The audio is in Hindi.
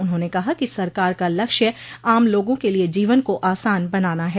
उन्होंने कहा कि सरकार का लक्ष्य आम लोगों के लिए जीवन को आसान बनाना है